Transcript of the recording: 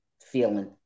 feeling